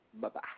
Bye-bye